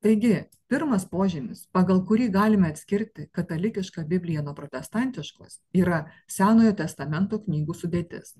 taigi pirmas požymis pagal kurį galime atskirti katalikiška bibliją nuo protestantiškos yra senojo testamento knygų sudėtis